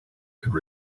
could